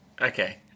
Okay